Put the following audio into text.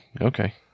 okay